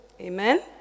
Amen